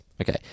Okay